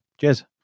Cheers